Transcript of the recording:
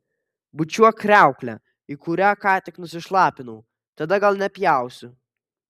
bučiuok kriauklę į kurią ką tik nusišlapinau tada gal nepjausiu